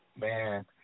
man